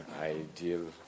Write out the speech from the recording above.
ideal